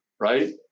Right